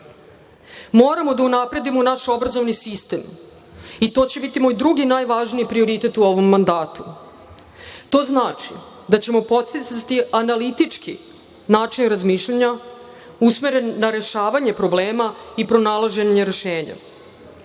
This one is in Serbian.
da unapredimo naš obrazovni sistem i to će biti moj drugi najvažniji prioritet u ovom mandatu. To znači da ćemo podsticati analitički način razmišljanja usmeren na rešavanje problema i pronalaženje rešenja.